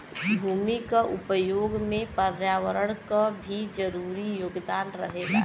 भूमि क उपयोग में पर्यावरण क भी जरूरी योगदान रहेला